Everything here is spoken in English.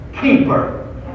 keeper